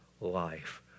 life